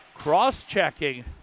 Cross-checking